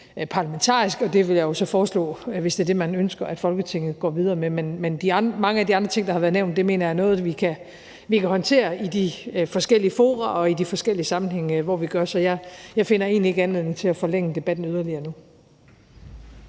parlamentarisk. Jeg vil så foreslå – hvis det er det, man ønsker – at Folketinget går videre med det. Men mange af de andre ting, der har været nævnt, mener jeg er nogle, vi kan håndtere i de forskellige fora og i de forskellige sammenhænge, hvor vi er. Så jeg finder egentlig ikke anledning til at forlænge debatten yderligere nu.